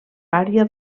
paria